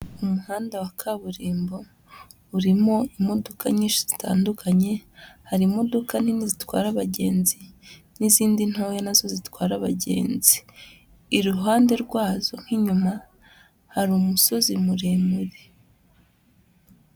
Umuhanda wa kaburimbo urimo imodoka nyinshi zitandukanye, hari imodoka nini zitwara abagenzi n'izindi ntoya na zo zitwara abagenzi. Iruhande rwazo nk'inyuma hari umusozi muremure.